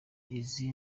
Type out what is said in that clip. izi